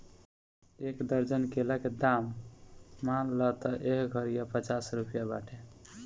एक दर्जन केला के दाम मान ल त एह घारिया पचास रुपइआ बाटे